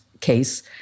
case